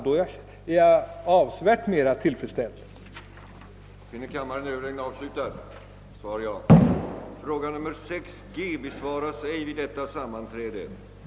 Då är jag avsevärt mer tillfredsställd med beskedet.